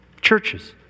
Churches